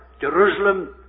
Jerusalem